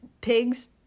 pigs